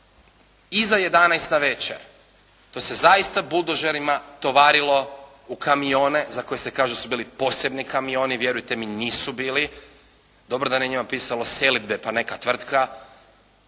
iza 11 navečer to se zaista buldožerima tovarilo u kamione za koje se kaže da su bili posebni kamioni. Vjerujte mi nisu bili. Dobro da je na njima pisalo selidbe pa neka tvrtka.